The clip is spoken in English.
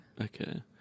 Okay